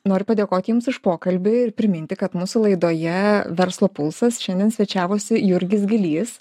noriu padėkoti jums už pokalbį ir priminti kad mūsų laidoje verslo pulsas šiandien svečiavosi jurgis gylys